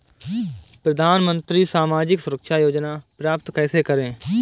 प्रधानमंत्री सामाजिक सुरक्षा योजना प्राप्त कैसे करें?